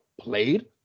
played